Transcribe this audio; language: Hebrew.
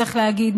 צריך להגיד,